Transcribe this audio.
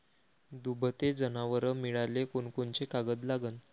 दुभते जनावरं मिळाले कोनकोनचे कागद लागन?